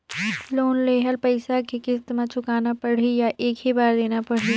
Loan लेहल पइसा के किस्त म चुकाना पढ़ही या एक ही बार देना पढ़ही?